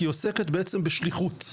כי היא עוסקת בעצם בשליחות,